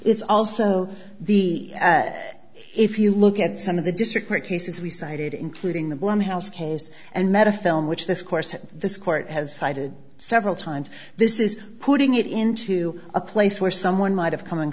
it's also the if you look at some of the district court cases we cited including the bloom house case and met a film which this course this court has cited several times this is putting it into a place where someone might have come in